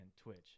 Twitch